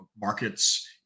markets